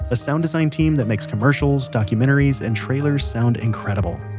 a sound design team that makes commercials, documentaries, and trailers sound incredible.